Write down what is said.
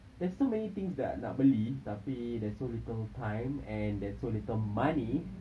there's so many things that I nak beli tapi there's so little time and there's so little money